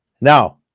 Now